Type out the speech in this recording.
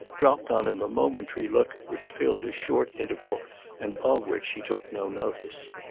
dropped on him a momentary look which filled a short interval and of which he took no notice.